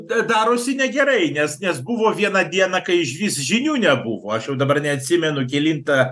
d darosi negerai nes nes buvo viena diena kai išvis žinių nebuvo aš jau dabar neatsimenu kelintą